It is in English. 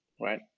Right